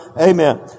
Amen